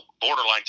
borderline